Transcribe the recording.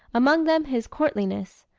among them his courtliness.